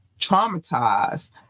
traumatized